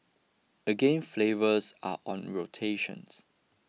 again flavours are on rotations